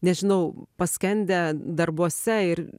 nežinau paskendę darbuose ir